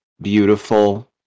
beautiful